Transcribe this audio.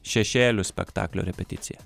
šešėlių spektaklio repeticija